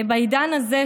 בעידן הזה,